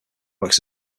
works